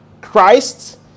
Christ